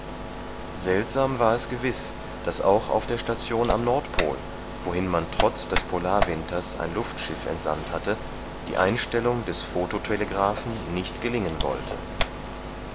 seltsam war es gewiß daß auch auf der station am nordpol wohin man trotz des polarwinters ein luftschiff entsandt hatte die einstellung des phototelegraphen nicht gelingen wollte